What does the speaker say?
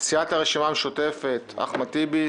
יו"ר הוועדה חבר הכנסת אבי ניסנקורן.